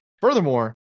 Furthermore